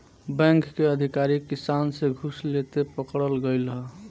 bank के अधिकारी किसान से घूस लेते पकड़ल गइल ह